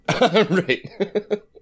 Right